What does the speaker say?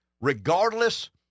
regardless